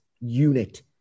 unit